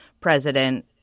president